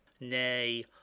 Nay